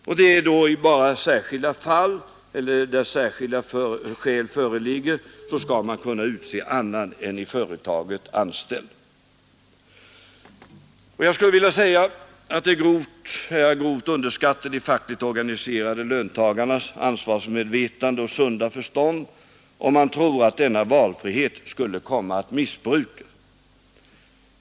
Och det är bara där särskilda skäl föreligger som man skall kunna utse någon annan än en i företaget anställd. Jag vill a att det är att grovt underskatta de fackligt organiserade löntagarnas ansvarsmedvetande och sunda förstånd, om man tror att denna valfrihet skulle komma att missbrukas.